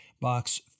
Box